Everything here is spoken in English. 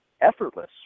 effortless